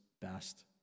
best